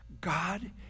God